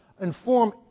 inform